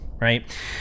right